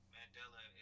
Mandela